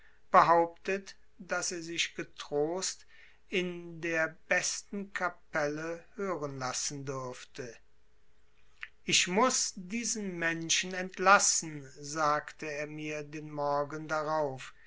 behauptet daß er sich getrost in der besten kapelle hören lassen dürfte ich muß diesen menschen entlassen sagte er mir den morgen darauf